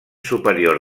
superior